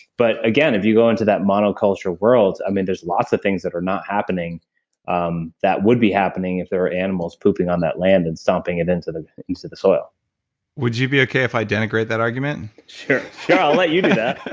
but again, if you go into that monoculture world, i mean, there's lots of things that are not happening um that would be happening if there were animals pooping on that land and stomping it into the into the soil would you be okay if i denigrate that argument? sure. i'll let you do that